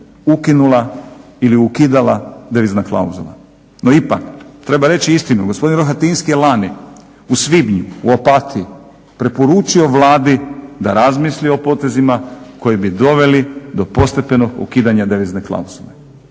ukinula ili ukidala devizna klauzula. No, ipak treba reći istinu, gospodin Rohatinski je lani u svibnju u Opatiji preporučio Vladi da razmisli o potezima koji bi doveli do postepenog ukidanja devizne klauzule,